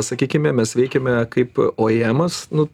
sakykime mes veikiame kaip oiemas nu